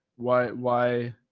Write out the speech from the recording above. why why,